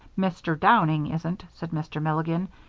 mr. downing isn't, said mr. milligan.